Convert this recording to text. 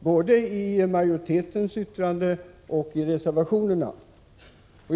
både i majoritetens yttrande och i reservationerna.